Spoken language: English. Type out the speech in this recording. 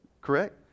correct